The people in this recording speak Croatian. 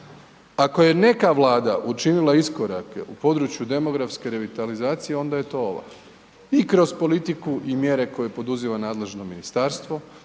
ako je neka vlada učinila iskorake u području demografske revitalizacije onda je to ova i kroz politiku i mjere koje poduzima nadležno ministarstvo